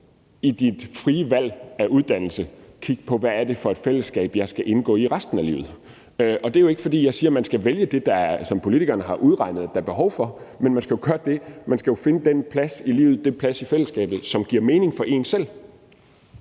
i sit frie valg af uddannelse kigge på, hvad det er for et fællesskab, man skal indgå i resten af livet. Det er jo ikke, fordi jeg siger, man skal vælge det, som politikerne har udregnet der er behov for, man skal jo gøre det, at man finder den plads i livet, den plads i fællesskabet, som giver mening for en selv.